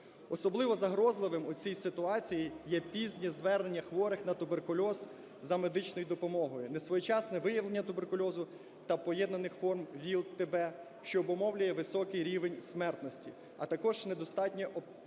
Особливо загрозливим у цій ситуаціє є пізні звернення хворих на туберкульоз за медичною допомогою, несвоєчасне виявлення туберкульозу та поєднаних форм ВІЛ/ТБ, що обумовлює високий рівень смертності, а також недостатнє